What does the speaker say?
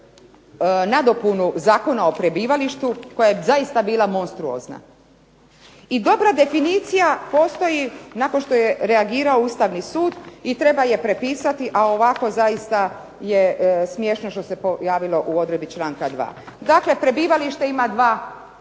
nadopunu Zakona o prebivalištu koja je zaista bila monstruozna. I dobra definicija postoji nakon što je reagirao Ustavni sud i treba je prepisati, a ovako je zaista smiješno što se pojavilo u odredbi članka 2. Dakle, prebivalište ima dva elementa,